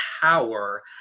power